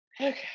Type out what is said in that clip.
okay